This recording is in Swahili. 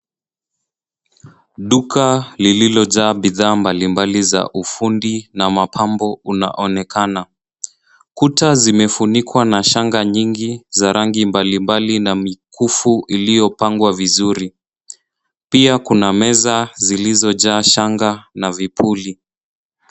Duka lililojaa bidhaa mbalimbali za ufundi na mapambo unaonekana. Kuta zimefunikwa na shanga nyingi za rangi mbalimbali na mikufu iliyopangwa vizuri. Pia, kuna meza zilizojaa shanga na vipuli.